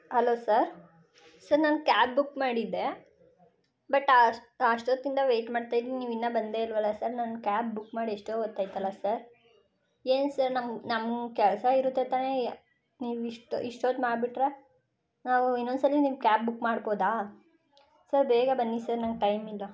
hello sir sir ನಾನ್ cab book ಮಾಡಿದ್ದೆ but ಅಷ್ಟ್ ಅಷ್ಟೊತ್ತಿಂದ ವೈಯ್ಟ್ ಮಾಡ್ತಾ ಇದೀನಿ ನೀವಿನ್ನೂ ಬಂದೇ ಇಲ್ವಲ್ಲ ಸರ್ ನಾನ್ ಕ್ಯಾಬ್ ಬುಕ್ ಮಾಡಿ ಎಷ್ಟೋ ಹೊತ್ತಾಯ್ತಲ ಸರ್ ಏನು ಸರ್ ನಮ್ಮ ನಮ್ಗೆ ಕೆಲಸ ಇರುತ್ತೆ ತಾನೇ ನೀವು ಇಷ್ಟು ಇಷ್ಟೊತ್ತು ಮಾಡಿಬಿಟ್ರೆ ನಾವು ಇನ್ನೊಂದ್ಸಲ ನಿಮ್ಮ ಕ್ಯಾಬ್ ಬುಕ್ ಮಾಡ್ಬೋದಾ ಸರ್ ಬೇಗ ಬನ್ನಿ ಸರ್ ನಂಗೆ ಟೈಮ್ ಇಲ್ಲ